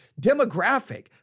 demographic